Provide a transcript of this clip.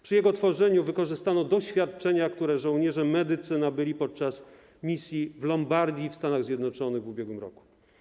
Przy jego tworzeniu wykorzystano doświadczenia, które żołnierze medycy nabyli podczas misji w Lombardii i w Stanach Zjednoczonych w ubiegłym roku.